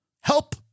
Help